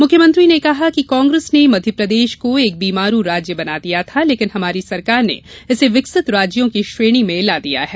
मुख्यमंत्री ने कहा कि कांग्रेस ने मध्यप्रदेश को एक बीमारू राज्य बना दिया था लेकिन हमारी सरकार ने इसे विकसित राज्यों की श्रेणी में ला दिया है